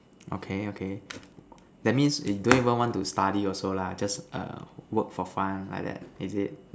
okay okay that means in you don't even want to study also lah just err work for fun like that is it